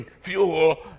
fuel